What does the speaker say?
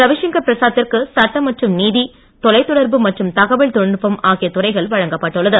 ரவிசங்கர் பிரசாத்திற்கு சட்டம் மற்றும் நீதி தொலைத்தொடர்பு மற்றும் தகவல் தொழில்நுட்பம் ஆகிய துறைகள் வழங்கப்பட்டுள்ளது